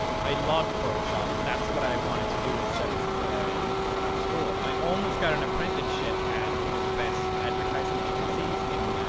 i loved photoshop, that's what i wanted to do instead of school i almost got an apprenticeship at one of the best advertising agencies, in, ah.